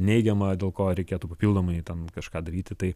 neigiamą dėl ko reikėtų papildomai ten kažką daryti tai